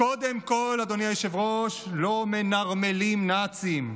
קודם כול, אדוני היושב-ראש, לא מנרמלים נאצים,